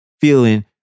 feeling